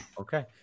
Okay